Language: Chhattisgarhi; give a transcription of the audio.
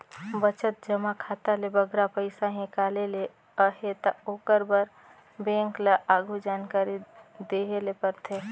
बचत जमा खाता ले बगरा पइसा हिंकाले ले अहे ता ओकर बर बेंक ल आघु जानकारी देहे ले परथे